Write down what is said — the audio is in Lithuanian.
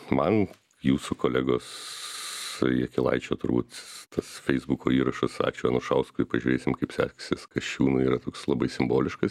man jūsų kolegos jakilaičio turbūt tas feisbuko įrašas ačiū anušauskui pažiūrėsim kaip seksis kasčiūnui yra toks labai simboliškas